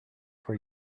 where